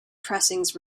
pressings